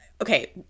okay